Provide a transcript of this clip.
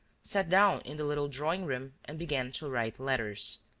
sat down in the little drawing-room and began to write letters.